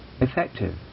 effective